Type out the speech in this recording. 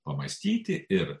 pamąstyti ir